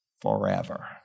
forever